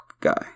guy